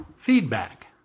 feedback